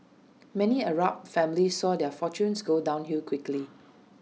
many Arab families saw their fortunes go downhill quickly